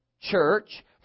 church